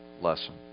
lesson